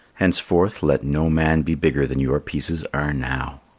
henceforth let no man be bigger than your pieces are now.